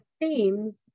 themes